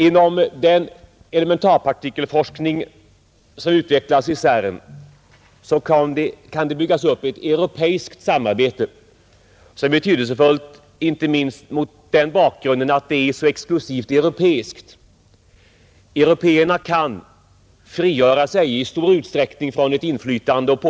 Inom den elementarpartikelforskning som utvecklas i CERN byggs upp ett europeiskt samarbete, som är betydelsefullt inte minst som del av ett vidare europeiskt samarbete. Gemensamma resurser i Europa kan betyda minskat beroende i förhållande till såväl USA som Sovjetunionen på